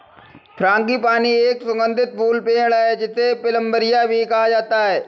frangipani एक सुगंधित फूल पेड़ है, जिसे प्लंबरिया भी कहा जाता है